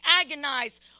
agonize